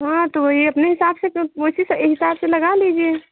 हाँ तो वही तो अपने हिसाब से उसी से हिसाब से लगा लीजिए